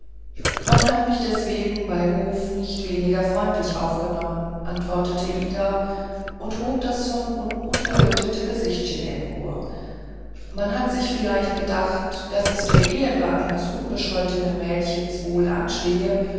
man hat mich deswegen bei hof nicht weniger freundlich aufgenommen antwortete ida und hob das von unmut gerötete gesichtchen empor man hat sich vielleicht gedacht daß es der ehre eines unbescholtenen mädchens wohl anstehe